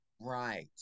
right